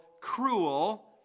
cruel